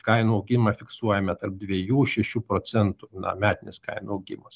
kainų augimą fiksuojame tarp dviejų šešių procentų na metinis kainų augimas